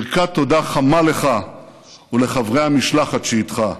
ברכת תודה חמה לך ולחברי המשלחת שאיתך.